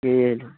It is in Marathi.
की